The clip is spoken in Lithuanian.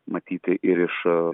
matyti ir iš